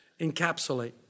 encapsulate